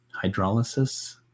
hydrolysis